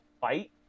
fight